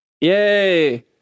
Yay